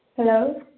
hello